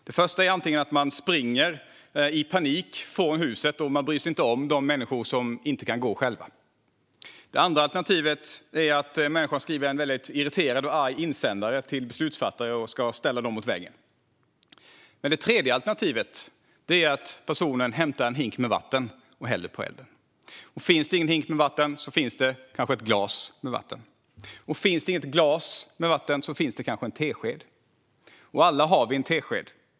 Det första alternativet är att människan springer i panik från huset och inte bryr sig om de människor som inte kan gå själva. Det andra alternativet är att människan skriver en väldigt irriterad och arg insändare till beslutsfattare för att ställa dem mot väggen. Det tredje alternativet är att människan hämtar en hink med vatten och häller vattnet på elden. Finns det ingen hink med vatten finns det kanske ett glas med vatten. Och finns det inget glas med vatten finns det kanske en tesked. Alla har vi en tesked.